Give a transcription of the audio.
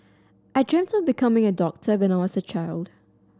I dreamt of becoming a doctor when I was a child